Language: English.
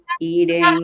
eating